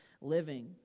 living